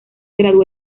graduó